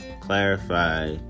clarify